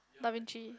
Da-Vinci